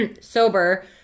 sober